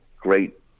great